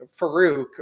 Farouk